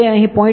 તે અહીં 0